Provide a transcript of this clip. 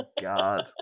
God